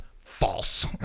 False